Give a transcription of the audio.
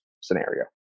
scenario